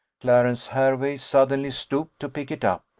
clarence hervey suddenly stooped to pick it up,